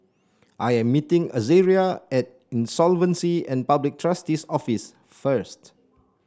i am meeting Azaria at Insolvency and Public Trustee's Office first